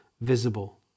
visible